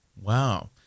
wow